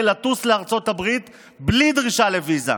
לטוס לארצות הברית בלי דרישה לוויזה,